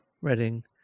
reading